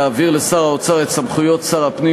להעביר לשר האוצר את סמכויות שר הפנים